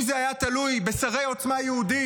אם זה היה תלוי בשרי עוצמה יהודית,